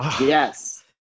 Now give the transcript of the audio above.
Yes